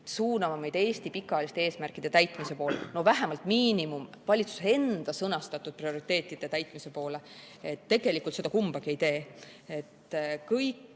suunama meid Eesti pikaajaliste eesmärkide täitmise poole, vähemalt miinimumini, valitsuse enda sõnastatud prioriteetide täitmise poole, tegelikult kumbagi ei tee. Kõik